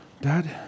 Dad